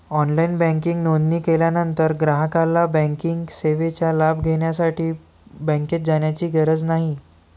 online banking नोंदणी केल्यानंतर ग्राहकाला बँकिंग सेवेचा लाभ घेण्यासाठी बँकेत जाण्याची गरज नाही